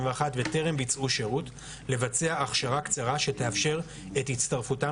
וטרם ביצעו שירות לבצע הכשרה קצרה שתאפשר את הצטרפותם